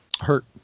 hurt